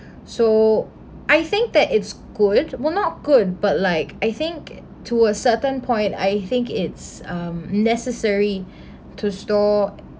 so I think that it's good well not good but like I think uh to a certain point I think it's um necessary to store